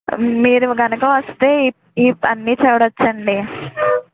మీరు కనుక వస్తే అన్నీ చూడొచ్చండి